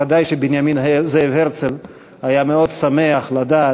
ודאי שבנימין זאב הרצל היה מאוד שמח לדעת